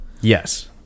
Yes